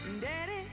Daddy